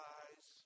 eyes